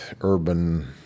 urban